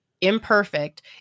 Imperfect